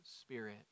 spirit